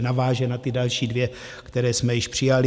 Naváže na ty další dvě, které jsme již přijali.